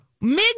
Mid